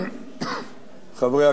חברי הכנסת,